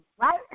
right